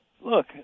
Look